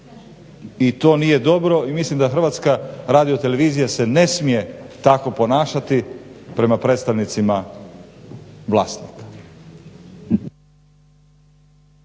I to nije dobro i mislim da Hrvatska radiotelevizija se ne smije tako ponašati prema predstavnicima vlasnika.